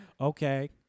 Okay